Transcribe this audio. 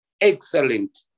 excellent